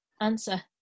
answer